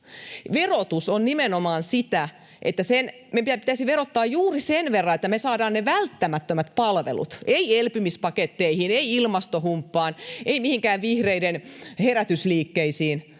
Verotus on nimenomaan sitä, että meidän pitäisi verottaa juuri sen verran, että me saadaan ne välttämättömät palvelut — ei elpymispaketteihin, ei ilmastohumppaan, ei mihinkään vihreiden herätysliikkeisiin